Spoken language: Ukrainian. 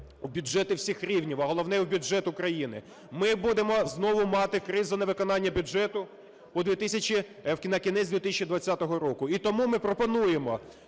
у бюджети всіх рівнів, а головне - у бюджет України. Ми будемо знову мати кризу невиконання бюджету на кінець 2020 року. І тому ми пропонуємо,